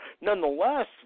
nonetheless